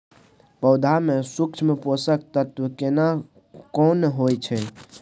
पौधा में सूक्ष्म पोषक तत्व केना कोन होय छै?